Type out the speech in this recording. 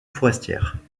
forestière